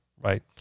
right